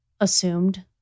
assumed